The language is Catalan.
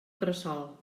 cresol